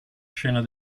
scena